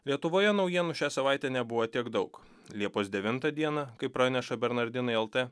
lietuvoje naujienų šią savaitę nebuvo tiek daug liepos devintą dieną kaip praneša bernardinai lt